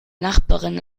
nachbarin